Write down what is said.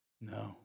no